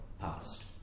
past